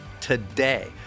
today